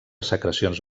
secrecions